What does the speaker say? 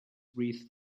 wreath